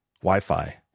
Wi-Fi